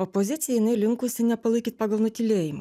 opozicija jinai linkusi nepalaikyt pagal nutylėjimą